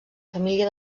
família